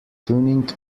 tuning